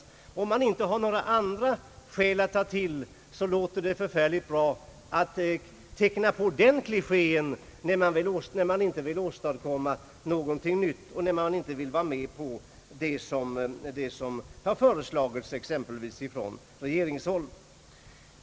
Har man inga andra skäl att ta till låter det förfärligt bra att hänvisa till rättssäkerheten när man inte vill åstadkomma någonting nytt och inte vill vara med på det som föreslås exempelvis från regeringshåll.